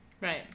Right